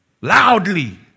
loudly